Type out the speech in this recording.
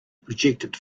projected